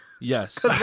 Yes